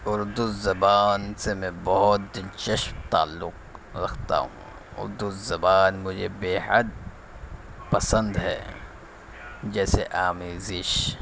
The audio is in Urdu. اردو زبان سے میں بہت دلچسپ تعلق رکھتا ہوں اردو زبان مجھے بےحد پسند ہے جیسے آمیزش